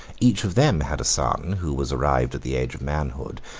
each of them had a son who was arrived at the age of manhood,